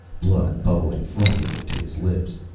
blood bubbling frothily to his lips.